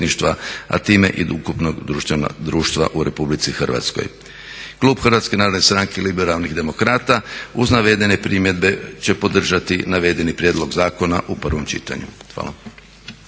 a time i ukupnog društva u Republici Hrvatskoj. Klub HNS-a, Liberalnih demokrata uz navedene primjedbe će podržati navedeni prijedlog zakona u prvom čitanju. Hvala.